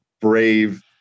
brave